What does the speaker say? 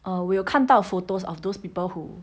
err 我有看到 photos of those people who